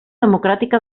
democràtica